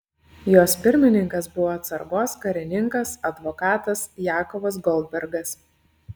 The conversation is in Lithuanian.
jos pirmininkas buvo atsargos karininkas advokatas jakovas goldbergas